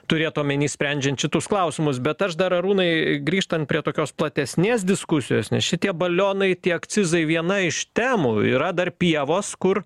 turėt omenyje sprendžiant šitus klausimus bet aš dar arūnai grįžtant prie tokios platesnės diskusijos nes šitie balionai tie akcizai viena iš temų yra dar pievos kur